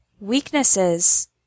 Weaknesses